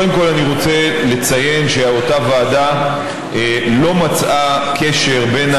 קודם כול אני רוצה לציין שאותה ועדה לא מצאה קשר בין